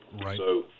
Right